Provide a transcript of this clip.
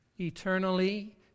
eternally